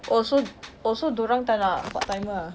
oh so dia orang tak nak part timer ah